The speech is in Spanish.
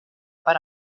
para